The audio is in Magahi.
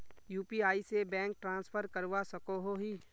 यु.पी.आई से बैंक ट्रांसफर करवा सकोहो ही?